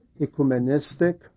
ecumenistic